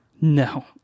No